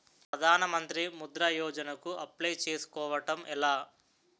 ప్రధాన మంత్రి ముద్రా యోజన కు అప్లయ్ చేసుకోవటం ఎలా?